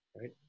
right